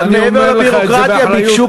אני אומר לך את זה באחריות.